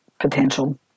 potential